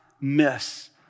miss